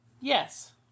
Yes